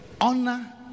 honor